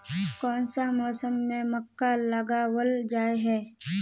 कोन सा मौसम में मक्का लगावल जाय है?